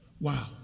Wow